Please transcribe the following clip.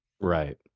Right